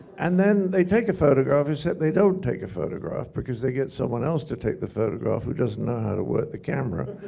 and then they take a photograph, except they don't take a photograph because they get someone else to take the photograph who doesn't know how to work the camera.